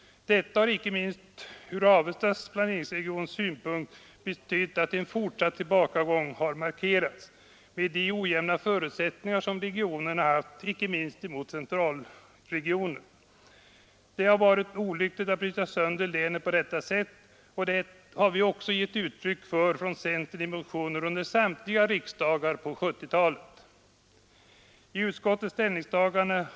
Detta har för icke minst Avesta planeringsregion betytt en fortsatt tillbaka ojämna förutsättningar. Det har varit olyckligt att bryta sönder länet på detta sätt. Det har vi ång på grund av dess icke minst i förhållande till centralregionen också givit uttryck för från centern vid samtliga riksdagar under 1970-talet.